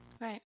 Right